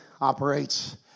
operates